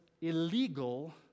illegal